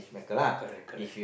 correct correct